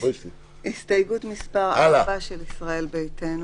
הסתייגות מס' 4 של ישראל ביתנו,